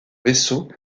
vaisseau